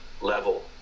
level